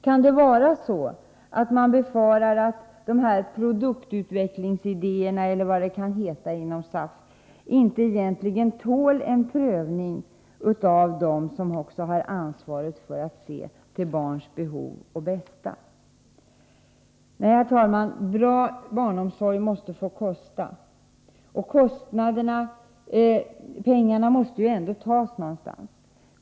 Kan det vara så att man befarar att de här produktutvecklingsidéerna, eller vad de nu kan heta, inom SAF egentligen inte tål en prövning av dem som också har ansvaret för att se till barns behov och bästa? Nej, herr talman, bra barnomsorg måste få kosta. Pengarna måste ju ändå tas någonstans.